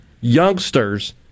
youngsters